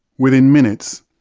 within minutes,